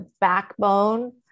backbone